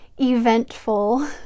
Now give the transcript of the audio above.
eventful